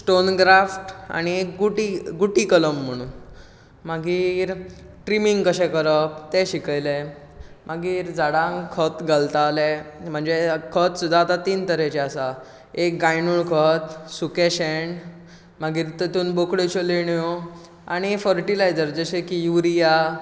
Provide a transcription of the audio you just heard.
stone graft आनी एक गुटी गुटी कलम म्हणून मागीर ट्रिमींग कशें करप तें शिकयलें मागीर झाडांक खत घालताले म्हणजे खत सुद्दां आतां तीन तरेचे आसा एक गांयडोळ खत सुकें शेण मागीर तेतूंत बोकडेच्यो लेणयो आनी फर्टिलायजर जशें की युरिया